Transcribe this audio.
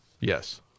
Yes